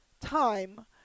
time